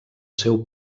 seu